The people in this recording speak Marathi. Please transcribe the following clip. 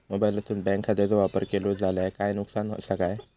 मोबाईलातसून बँक खात्याचो वापर केलो जाल्या काय नुकसान असा काय?